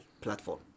platform